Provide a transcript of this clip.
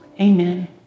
Amen